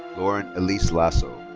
lauren elise lasso.